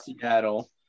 Seattle